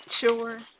Sure